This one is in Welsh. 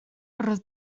roedd